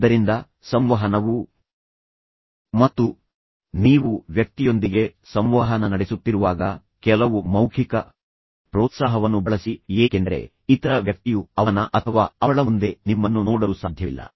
ಆದ್ದರಿಂದ ಸಂವಹನವು ಪರಿಣಾಮಕಾರಿಯಾಗಿ ಉಳಿಯುತ್ತದೆ ಮತ್ತು ನೀವು ವ್ಯಕ್ತಿಯೊಂದಿಗೆ ಸಂವಹನ ನಡೆಸುತ್ತಿರುವಾಗ ಕೆಲವು ಮೌಖಿಕ ಪ್ರೋತ್ಸಾಹವನ್ನು ಬಳಸಿ ಏಕೆಂದರೆ ಇತರ ವ್ಯಕ್ತಿಯು ಅವನ ಅಥವಾ ಅವಳ ಮುಂದೆ ನಿಮ್ಮನ್ನು ನೋಡಲು ಸಾಧ್ಯವಿಲ್ಲ